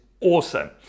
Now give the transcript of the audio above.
awesome